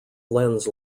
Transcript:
lens